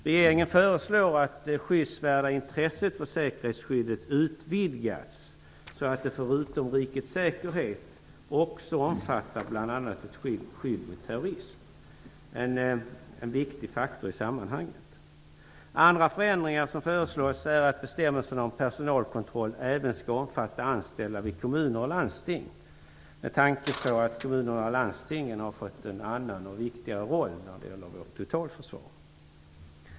Regeringen föreslår att det skyddsvärda intresset för säkerhetsskyddet utvidgas så att det förutom rikets säkerhet också omfattar bl.a. ett skydd mot terrorism - en viktig faktor i sammanhanget. Andra förändringar som föreslås är att bestämmelserna om personalkontroll även skall omfatta anställda vid kommuner och landsting, detta med tanke på att kommuner och landsting har fått en annan och viktigare roll när det gäller vårt totalförsvar.